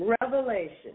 Revelation